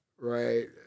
Right